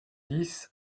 dix